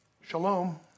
shalom